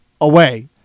away